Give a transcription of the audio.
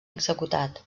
executat